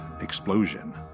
explosion